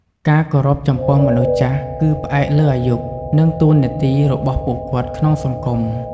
ការគោរពចំពោះមនុស្សចាស់គឺផ្អែកលើអាយុ និងតួនាទីរបស់ពួកគាត់ក្នុងសង្គម។